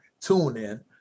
TuneIn